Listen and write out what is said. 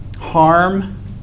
harm